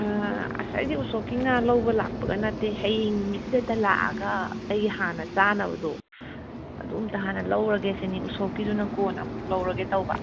ꯑꯁ ꯑꯩꯗꯤ ꯎꯁꯣꯞꯀꯤ ꯉꯥ ꯂꯧꯕ ꯂꯥꯛꯄꯒ ꯅꯠꯇꯦ ꯍꯌꯦꯡ ꯅꯨꯃꯤꯠꯁꯤꯗ ꯍꯦꯛꯇ ꯂꯥꯛꯑꯒ ꯑꯩꯒꯤ ꯍꯥꯟꯅ ꯆꯥꯅꯕꯗꯣ ꯑꯗꯨꯃꯇꯪ ꯍꯥꯟꯅ ꯂꯧꯔꯒꯦ ꯁꯤꯅꯤ ꯎꯁꯣꯞꯀꯤꯗꯨꯅ ꯀꯣꯟꯅ ꯑꯃꯨꯛ ꯂꯧꯔꯒꯦ ꯇꯧꯕ